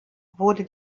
wurde